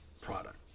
product